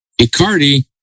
Icardi